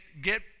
get